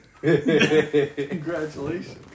Congratulations